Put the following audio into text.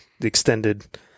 extended